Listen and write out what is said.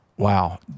wow